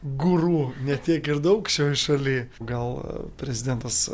guru ne tiek ir daug šioj šaly gal prezidentas